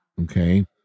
Okay